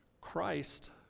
Christ